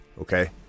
Okay